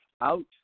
out